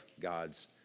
God's